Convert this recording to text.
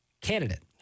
candidate